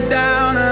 down